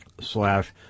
slash